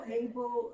able